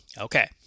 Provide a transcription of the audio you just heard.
Okay